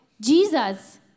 Jesus